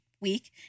week